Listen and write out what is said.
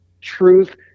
truth